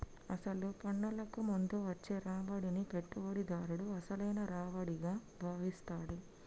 అసలు పన్నులకు ముందు వచ్చే రాబడిని పెట్టుబడిదారుడు అసలైన రావిడిగా భావిస్తాడు